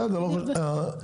בסדר,